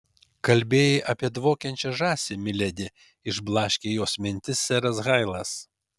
kalbėjai apie dvokiančią žąsį miledi išblaškė jos mintis seras hailas